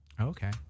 Okay